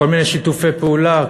כל מיני שיתופי פעולה,